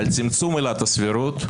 עילת הסבירות,